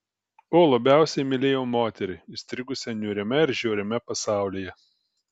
o labiausiai mylėjo moterį įstrigusią niūriame ir žiauriame pasaulyje